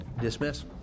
dismiss